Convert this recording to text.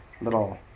little